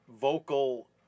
vocal